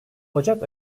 ocak